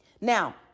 now